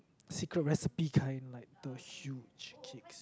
secret recipe kind like the huge cake